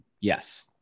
yes